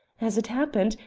as it happened,